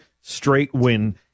straight-win